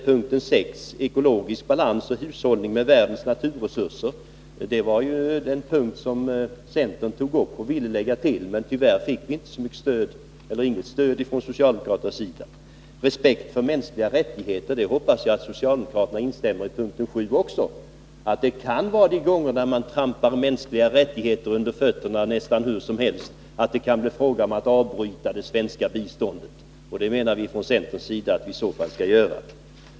Punkten 6, ekologisk balans och hushållning med världens naturresurser, var den punkt som centern tog upp och ville lägga till, men tyvärr fick vi inget stöd från socialdemokraterna. Punkten 7, som gäller respekt för mänskliga rättigheter, hoppas jag att socialdemokraterna instämmer i. Om man trampar mänskliga rättigheter under fötterna nästan hur som helst, bör det svenska biståndet kunna avbrytas, och det menar vi från centerns sida att vi i så fall skall göra.